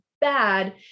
bad